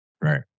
Right